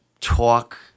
talk